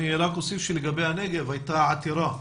אני רק אוסיף שלגבי הנגב הייתה עתירה,